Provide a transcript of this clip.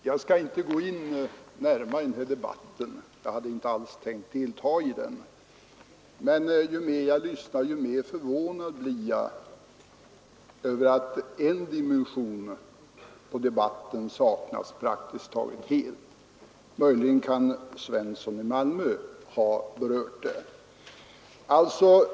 Herr talman! Jag skall inte gå in närmare i den här debatten. Jag hade inte alls tänkt delta i den, men ju mer jag lyssnar desto mer förvånad blir jag över att debatten praktiskt taget helt saknar en dimension. Möjligen kan herr Svensson i Malmö ha berört den.